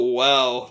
wow